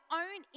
own